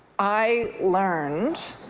i learned